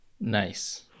Nice